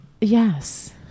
yes